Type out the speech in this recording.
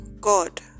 God